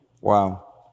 Wow